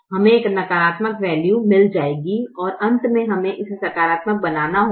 हमे एक नकारात्मक वैल्यू मिल जाएगी और अंत में हमें इसे सकारात्मक बनाना होगा